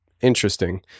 interesting